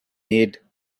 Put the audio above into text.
made